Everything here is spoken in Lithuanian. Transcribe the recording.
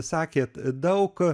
sakėt daug